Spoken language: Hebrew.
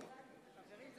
מפריע.